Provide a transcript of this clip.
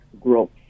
growth